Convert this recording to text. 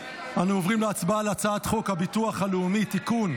אנו עוברים להצבעה על הצעת חוק הביטוח הלאומי (תיקון,